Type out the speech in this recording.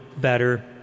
better